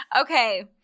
okay